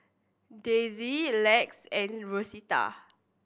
Daisye Lex and Rosita